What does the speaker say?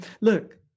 look